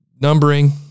numbering